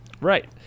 Right